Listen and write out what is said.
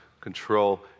control